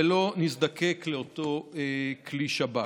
ולא נזדקק לאותו כלי שב"כ.